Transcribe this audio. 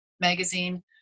magazine